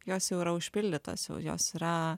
jos jau yra užpildytos jau jos yra